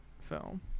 film